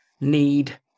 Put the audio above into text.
need